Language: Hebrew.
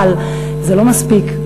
אבל זה לא מספיק.